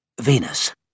Venus